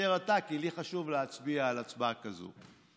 תתפטר אתה, כי לי חשוב להצביע על הצבעה כזו.